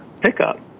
pickup